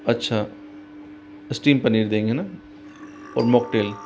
अच्छा स्टीम पनीर देंगे ना और मॉकटेल